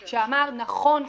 שאמר: נכון,